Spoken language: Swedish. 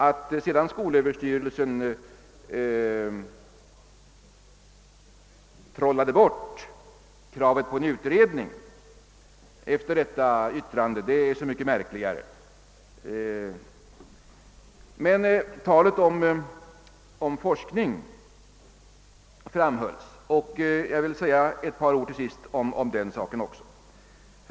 Att sedan skolöverstyrelsen efter detta yttrande trollade bort kravet på en utredning är så mycket märkligare. Men betydelsen av forskning fram hölls, och jag vill till sist säga ett par ord om den saken också.